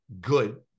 good